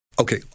Okay